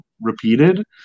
repeated